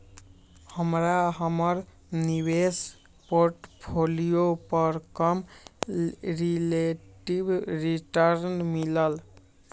हमरा हमर निवेश पोर्टफोलियो पर कम रिलेटिव रिटर्न मिलल